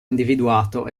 individuato